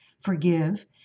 Forgive